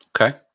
Okay